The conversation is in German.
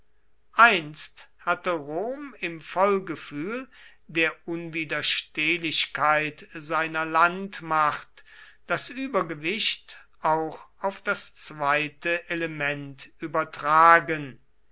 einst hatte rom im vollgefühl der unwiderstehlichkeit seiner landmacht das übergewicht auch auf das zweite element übertragen